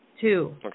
Two